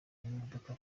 imodoka